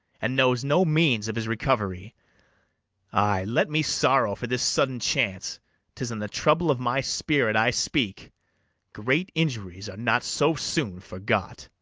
and knows no means of his recovery ay, let me sorrow for this sudden chance tis in the trouble of my spirit i speak great injuries are not so soon forgot.